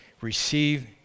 Receive